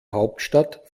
hauptstadt